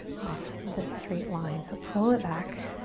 off this straight line so pull it back.